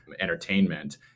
entertainment